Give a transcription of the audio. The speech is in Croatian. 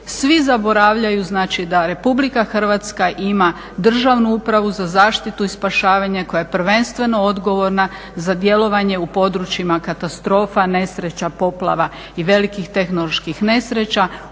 Svi zaboravljaju znači da Republika Hrvatska ima državnu upravu za zaštitu i spašavanje koja je prvenstveno odgovorna za djelovanje u područjima katastrofa, nesreća, poplava i velikih tehnoloških nesreća.